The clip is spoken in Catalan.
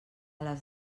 les